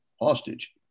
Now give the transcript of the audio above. hostage